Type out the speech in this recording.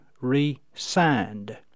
resigned